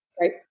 right